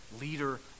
leader